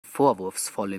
vorwurfsvolle